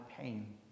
pain